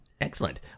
Excellent